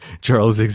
Charles